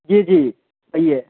جی جی وہی ہے